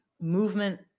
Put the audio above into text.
movement